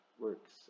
works